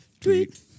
Tweet